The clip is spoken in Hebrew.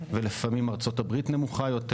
ולפעמים ארצות הברית נמוכה יותר.